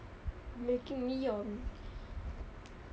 making me yawn